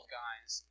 guys